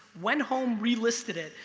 went home, relisted it,